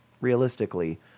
realistically